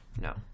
no